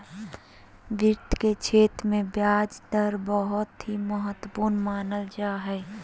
वित्त के क्षेत्र मे ब्याज दर बहुत ही महत्वपूर्ण मानल जा हय